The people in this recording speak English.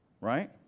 right